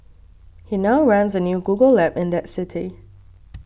he now runs a new Google lab in that city